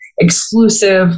exclusive